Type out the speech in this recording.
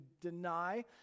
deny